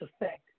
effect